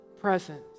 presence